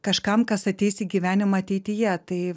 kažkam kas ateis į gyvenimą ateityje tai